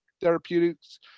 Therapeutics